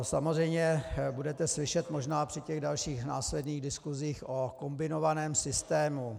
Samozřejmě budete slyšet při těch dalších následných diskusích o kombinovaném systému.